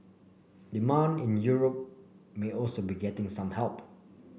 demand in Europe may also be getting some help